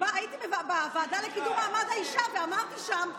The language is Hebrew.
הייתי בוועדה לקידום מעמד האישה ואמרתי שם שאתם,